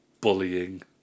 bullying